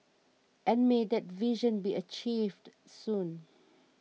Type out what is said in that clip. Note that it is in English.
and may that vision be achieved soon